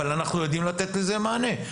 אבל אנחנו יודעים לתת לזה מענה.